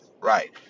Right